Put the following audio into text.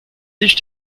sich